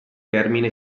termine